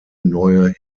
neue